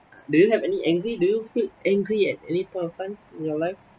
do you have any angry do you feel angry at any point of time in your life